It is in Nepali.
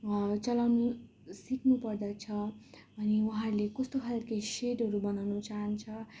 चलाउनु सिक्नुपर्दछ अनि उहाँहरूले कस्तो खालको सेडहरू बनाउनु चाहन्छ